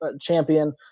champion